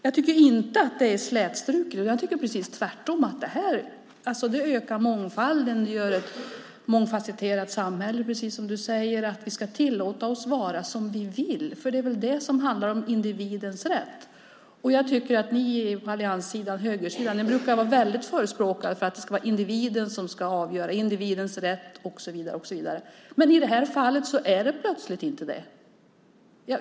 Jag tycker inte att det här är slätstruket; jag tycker tvärtom att det ökar mångfalden och ger ett mångfasetterat samhälle. Precis som du säger ska vi tillåta oss att vara som vi vill. Det är det som handlar om individens rätt. Ni på allianssidan och högersidan brukar ju vara förespråkare för att det ska vara individen som ska avgöra. Ni brukar tala om individens rätt och så vidare. Men i det här fallet är det plötsligt inte så.